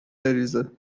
بریزه